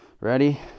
Ready